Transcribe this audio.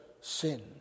sin